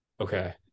okay